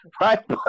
Right